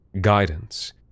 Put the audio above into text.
guidance